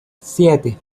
siete